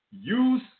Use